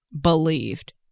believed